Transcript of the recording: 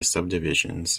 subdivisions